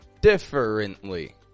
differently